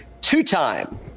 two-time